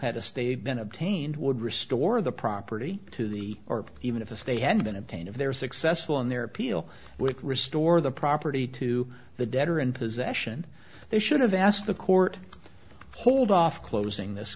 state been obtained would restore the property to the or even if they had been obtained if they're successful in their appeal with restore the property to the debtor in possession they should have asked the court hold off closing this